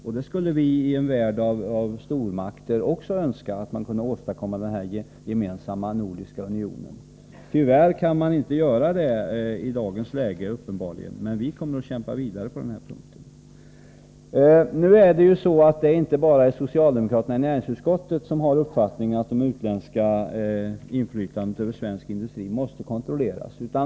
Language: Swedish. Också vi önskar att det, i en värld av stormakter, gick att åstadkomma denna gemensamma nordiska union. Tyvärr är det uppenbarligen inte möjligt i dagens läge, men vi kommer att kämpa vidare på denna punkt. Det är inte bara socialdemokraterna i näringsutskottet som har uppfattningen att det utländska inflytandet över svensk industri måste kontrolleras.